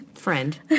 Friend